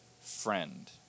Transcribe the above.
friend